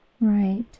Right